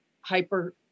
hyper